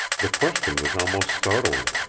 the question was almost startling.